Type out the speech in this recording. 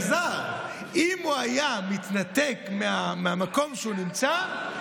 אם אלעזר היה מתנתק מהמקום שהוא נמצא,